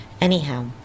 Anyhow